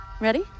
Ready